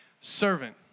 servant